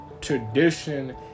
Tradition